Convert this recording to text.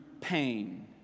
pain